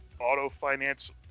auto-finance